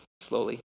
Slowly